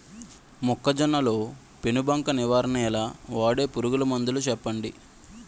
మొక్కజొన్న లో పెను బంక నివారణ ఎలా? వాడే పురుగు మందులు చెప్పండి?